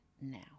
now